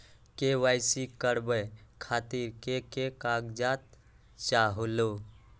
KYC करवे खातीर के के कागजात चाहलु?